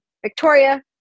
Victoria